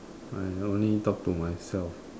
I only talk to myself